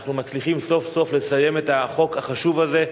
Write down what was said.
אנחנו מצליחים סוף-סוף לסיים את החוק החשוב הזה,